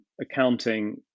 accounting